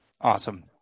awesome